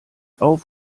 auf